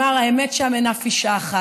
והוא אמר: האמת שאין שם אף אישה אחת.